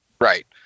Right